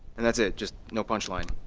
and that's it just no punchline.